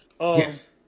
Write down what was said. Yes